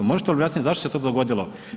Možete li to objasniti zašto se to dogodilo?